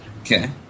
okay